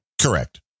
correct